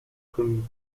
community